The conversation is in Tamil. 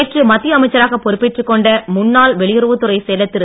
நேற்று மத்திய அமைச்சராக பொறுப்பேற்றுக் கொண்ட முன்னாள் வெளியுறவுத்துறை செயலர் திரு